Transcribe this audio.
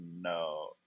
no